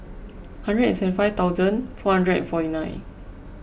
hundred seven five thousand four hundred forty nine